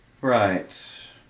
Right